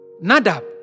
Nadab